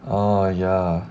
ah ya